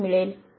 म्हणून मिळेल